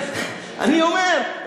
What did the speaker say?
אני אומר,